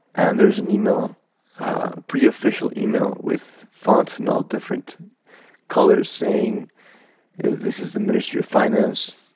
and there's an email, a pretty official email, with fonts in all different colors saying this is the ministry of finance.